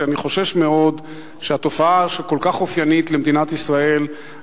שאני חושש מאוד שהתופעה שכל כך אופיינית למדינת ישראל,